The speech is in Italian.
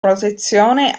protezione